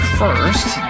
first